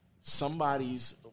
somebody's